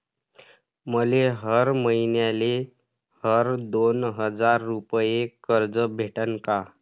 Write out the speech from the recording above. मले हर मईन्याले हर दोन हजार रुपये कर्ज भेटन का?